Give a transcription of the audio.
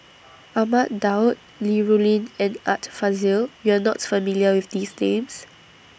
Ahmad Daud Li Rulin and Art Fazil YOU Are not familiar with These Names